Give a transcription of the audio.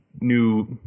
new